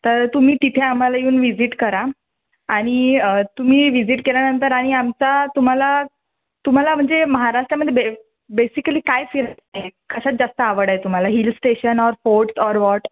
तर तुम्ही तिथे आम्हाला येऊन विझिट करा आणि तुम्ही विझिट केल्यानंतर आणि आमचा तुम्हाला तुम्हाला म्हणजे महाराष्ट्रामध्ये बे बेसिकली काय फिरायचं आहे कशात जास्त आवड आहे तुम्हाला hill station or fort or what